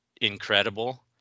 incredible